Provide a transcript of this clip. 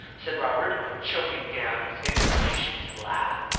said robert, choking down his inclination to laugh.